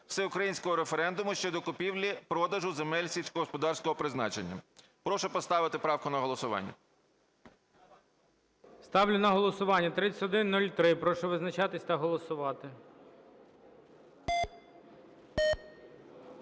Всеукраїнського референдуму щодо купівлі-продажу земель сільськогосподарського призначення.". Прошу поставити правку на голосування. ГОЛОВУЮЧИЙ. Ставлю на голосування 3103. Прошу визначатися та голосувати.